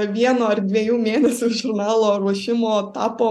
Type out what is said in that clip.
vieno ar dviejų mėnesių žurnalo ruošimo tapo